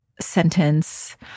sentence